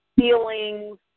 feelings